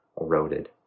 eroded